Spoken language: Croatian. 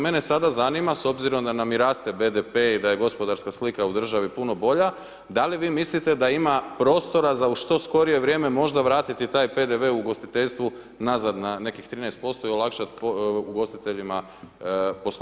Mene sada zanima s obzirom da nam i raste BDP i da je gospodarska slika u državi puno bolja, da li vi mislite da ima prostora za u što skorije vrijeme možda vratiti taj PDV u ugostiteljstvu nazad na nekih 13% i olakšat ugostiteljima poslovanje.